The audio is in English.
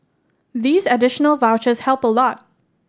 these additional vouchers help a lot